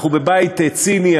אנחנו בבית ציני,